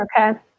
Okay